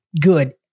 good